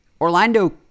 Orlando